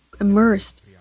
immersed